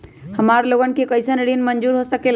हमार लोगन के कइसन ऋण मंजूर हो सकेला?